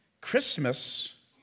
Christmas